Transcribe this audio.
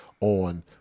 on